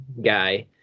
guy